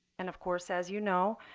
and of course, as you know,